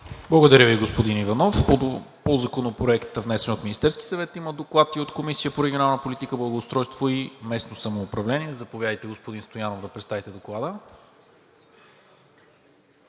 Благодаря Ви, господин Иванов. По Законопроекта, внесен от Министерския съвет, има Доклад и от Комисията по регионална политика, благоустройство и местно самоуправление. Заповядайте, господин Стоянов, да представите Доклада.